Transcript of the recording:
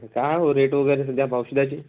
का अहो रेट वगैरे सध्या पाव शिद्याचे